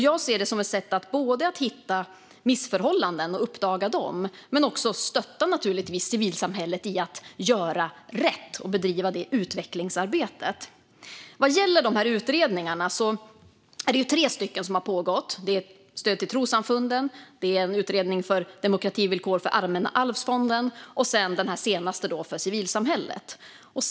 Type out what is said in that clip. Jag ser det som ett sätt att uppdaga missförhållanden men också stötta civilsamhället i att göra rätt och bedriva det utvecklingsarbetet. Vad gäller utredningarna är det tre stycken som har pågått. De handlar om stöd till trossamfunden, om demokrativillkor för Allmänna arvsfonden och nu senast om demokrativillkor för bidrag till civilsamhället.